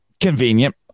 convenient